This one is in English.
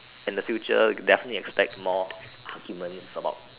in the future definitely expect more arguments about